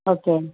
okay